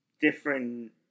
different